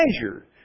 measure